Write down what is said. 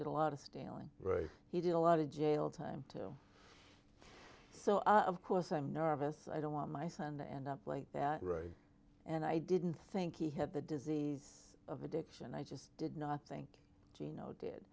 did a lot of stealing right he did a lot of jail time too so i of course i'm nervous i don't want my friend end up like that right and i didn't think he had the disease of addiction i just did not think geno did